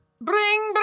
bring